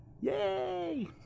Yay